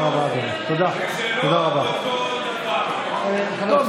תודה רבה, אדוני.